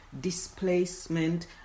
displacement